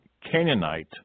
Canaanite